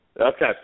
Okay